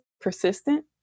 persistent